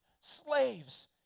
slaves